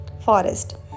forest